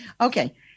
Okay